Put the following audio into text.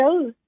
shows